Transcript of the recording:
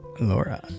Laura